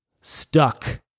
stuck